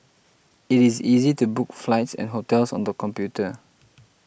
it is easy to book flights and hotels on the computer